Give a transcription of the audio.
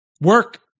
work